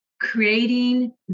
creating